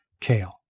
kale